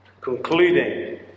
concluding